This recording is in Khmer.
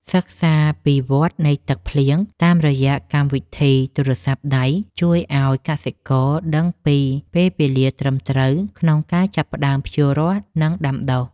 សិក្សាពីវដ្តនៃទឹកភ្លៀងតាមរយៈកម្មវិធីទូរស័ព្ទដៃជួយឱ្យកសិករដឹងពីពេលវេលាត្រឹមត្រូវក្នុងការចាប់ផ្ដើមភ្ជួររាស់និងដាំដុះ។